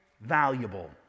valuable